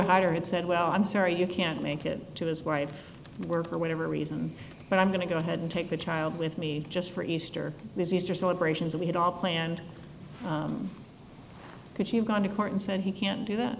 would hire had said well i'm sorry you can't make it to his wife were for whatever reason but i'm going to go ahead and take the child with me just for easter this easter celebration that we had all planned because she had gone to court and said he can do that